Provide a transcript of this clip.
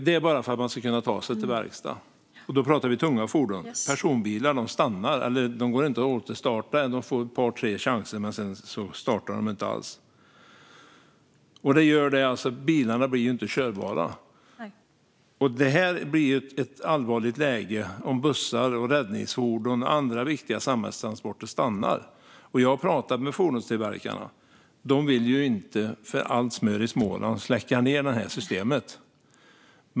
Det är bara för att man ska kunna ta sig till verkstad. Och då pratar vi tunga fordon; personbilar stannar eller går inte att starta. Man får ett par tre chanser, men sedan startar de inte alls. Detta gör alltså att bilarna blir okörbara. Det blir ett allvarligt läge om bussar, räddningsfordon och andra viktiga samhällstransporter stannar. Jag har pratat med fordonstillverkarna, och de vill inte för allt smör i Småland släcka ned det här systemet.